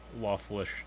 lawfulish